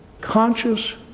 conscious